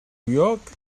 york